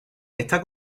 está